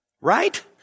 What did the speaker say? Right